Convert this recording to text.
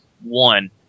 one